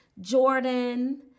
Jordan